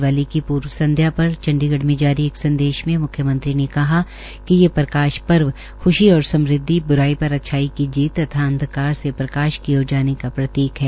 दिवाली की पूर्व संध्या पर आज चंडीगढ में जारी एक संदेश में म्ख्यमंत्री ने कहा कि ये प्रकाश पर्व ख्शी और समृदघि ब्राई पर अच्छाई की जीत तथा अंधकार से प्रकाश की ओर जाने का प्रतीक है